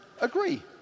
agree